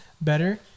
better